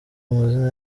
amazina